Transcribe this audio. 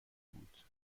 بود